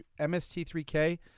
MST3K